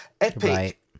epic